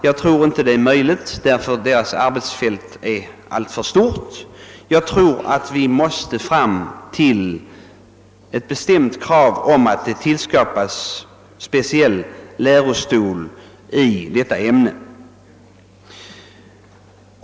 Jag tror inte det är möjligt — deras arbetsfält är alltför stort — utan vi måste ställa det bestämda kravet att det skapas en speciell lärostol i detta ämne.